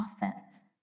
offense